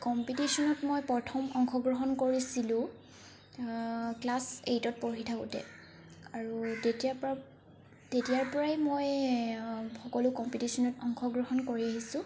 কম্পিটিশ্যনত মই প্ৰথম অংশগ্ৰহণ কৰিছিলো ক্লাছ এইটত পঢ়ি থাকোতে আৰু তেতিয়াৰ পৰা তেতিয়াৰ পৰাই মই সকলো কম্পিটিশ্যনত অংশগ্ৰহণ কৰি আহিছো